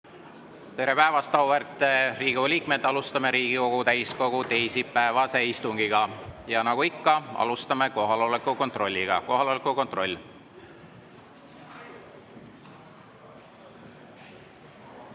Tere päevast, auväärt Riigikogu liikmed! Alustame Riigikogu täiskogu teisipäevast istungit. Nagu ikka, alustame kohaloleku kontrolliga. Kohaloleku kontroll.